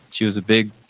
she was a big,